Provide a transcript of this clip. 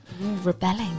Rebelling